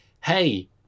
hey